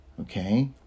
okay